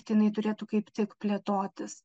jinai turėtų kaip tik plėtotis